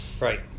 Right